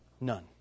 None